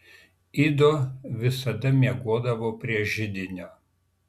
ido visada miegodavo prie židinio